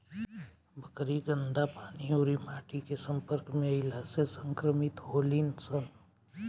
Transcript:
बकरी गन्दा पानी अउरी माटी के सम्पर्क में अईला से संक्रमित होली सन